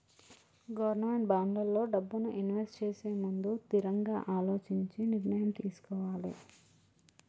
government బాండ్లల్లో డబ్బుని invest చేసేముందు తిరంగా అలోచించి నిర్ణయం తీసుకోవాలే